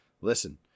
Listen